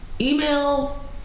email